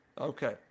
Okay